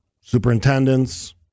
superintendents